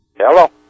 Hello